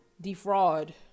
defraud